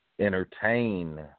entertain